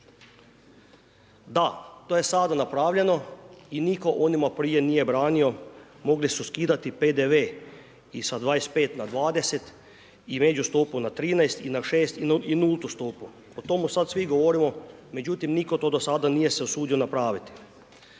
Da, to je sada napravljeno i nitko onima nije branio, mogli su skidati PDV, i sa 25 na 20 i među stopu na 13 i na 6 i na nultu stopu. O tome sada svi govorimo, međutim, nitko to do sada nije se usudio napraviti.